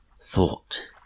Thought